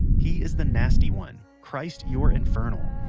he is the nasty one. christ you're infernal.